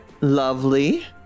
Lovely